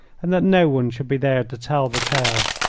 and that no one should be there to tell the tale.